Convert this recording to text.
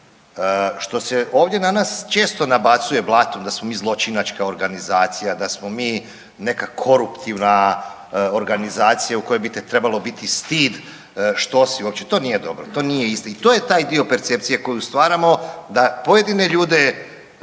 što se ovdje na nas često nabacuje blato, da smo mi zločinačka organizacija, da smo mi neka koruptivna organizacija u kojoj bi te trebalo biti stid što si uopće. To nije dobro, to nije isti i to je taj dio percepcije koju stvaramo da pojedine ljude